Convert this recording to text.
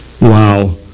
Wow